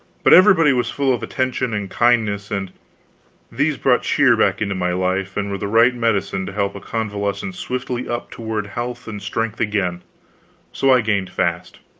but everybody was full of attentions and kindnesses, and these brought cheer back into my life, and were the right medicine to help a convalescent swiftly up toward health and strength again so i gained fast.